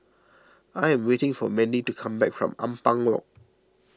I am waiting for Mandie to come back from Ampang Walk